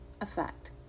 effect